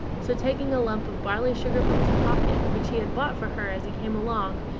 so taking a lump of barley-sugar from his pocket, which he had bought for her as he came along,